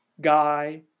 guy